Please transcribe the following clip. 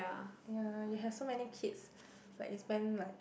ya you have so many kids like you spend like